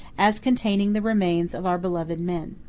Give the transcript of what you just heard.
as containing the remains of our beloved men.